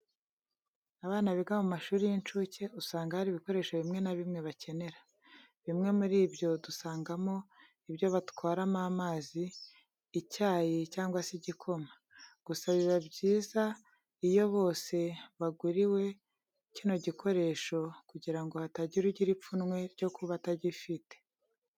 Abana biga mu mashuri y'incuke, usanga hari ibikoresho bimwe na bimwe bakenera. Bimwe muri byo dusangamo ibyo batwaramo amazi, icyayi cyangwa se igikoma. Gusa biba byiza iyo bose baguriwe kino gikoresho, kugira ngo hatagira ugira ipfunwe ryo kuba atagifite.